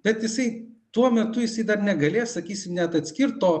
bet jisai tuo metu jisai dar negalės sakysim net atskirt to